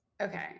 okay